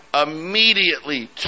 immediately